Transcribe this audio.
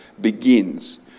begins